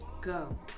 go